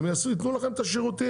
הם ייתנו לכם את השירותים,